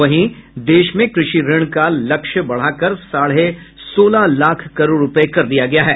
वहीं देश में कृषि ऋण का लक्ष्य बढ़ाकर साढ़े सोलह लाख करोड़ रूपये किया गया है